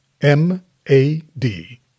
M-A-D